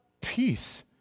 peace